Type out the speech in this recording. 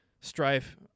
strife